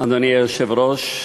אדוני היושב-ראש,